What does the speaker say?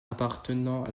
appartenant